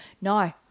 No